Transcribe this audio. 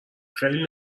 خیلی